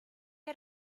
had